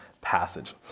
passage